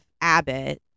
Abbott